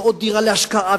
ועוד דירה להשקעה,